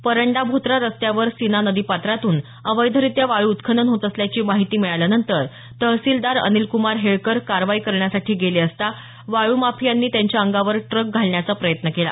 परंडा भोत्रा रस्त्यावर सीना नदीपात्रातून अवैधरित्या वाळू उत्खनन होत असल्याची माहिती मिळाल्यानंतर तहसिलदार अनिलक्मार हेळकर कारवाइं करण्यासाठी गेले असता वाळू माफियांनी त्यांच्या अंगावर ट्रक घालण्याचा प्रयत्न केला